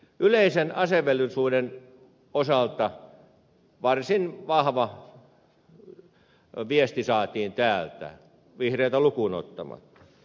yleisen asevelvollisuuden osalta varsin vahva viesti saatiin täältä vihreitä lukuun ottamatta